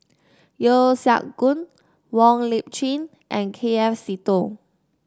Yeo Siak Goon Wong Lip Chin and K F Seetoh